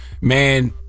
man